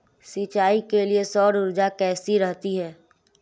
सिंचाई के लिए सौर ऊर्जा कैसी रहती है?